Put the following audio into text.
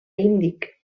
índic